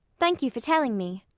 thank you for telling me.